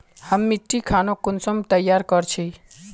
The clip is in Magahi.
हम मिट्टी खानोक कुंसम तैयार कर छी?